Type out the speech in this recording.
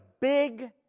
big